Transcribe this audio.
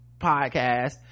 podcast